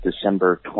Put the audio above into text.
December